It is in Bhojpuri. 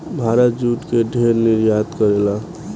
भारत जूट के ढेर निर्यात करेला